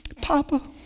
Papa